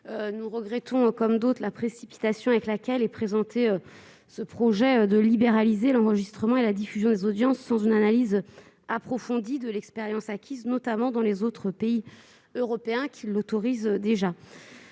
Nous regrettons comme d'autres la précipitation avec laquelle est présenté ce projet visant à libéraliser l'enregistrement et la diffusion des audiences sans une analyse approfondie de l'expérience acquise, notamment dans les autres pays européens qui l'autorisent déjà.